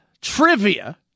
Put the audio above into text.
trivia